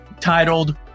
titled